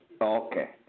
Okay